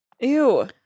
Ew